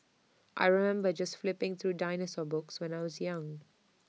I remember just flipping through dinosaur books when I was young